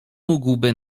mógłby